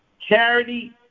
Charity